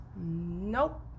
nope